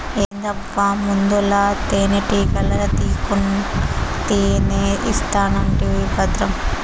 ఏందబ్బా ముందల తేనెటీగల తీకుండా తేనే తీస్తానంటివా బద్రం